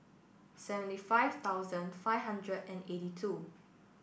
seventy five thousand five hundred and eighty two